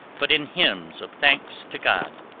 but in hymns of thanks to god,